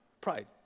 Pride